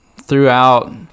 throughout –